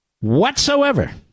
whatsoever